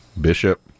Bishop